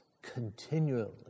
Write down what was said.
continually